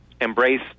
embrace